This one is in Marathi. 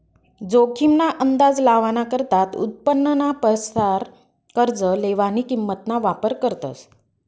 जोखीम ना अंदाज लावाना करता उत्पन्नाना परसार कर्ज लेवानी किंमत ना वापर करतस